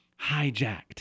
hijacked